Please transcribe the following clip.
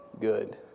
good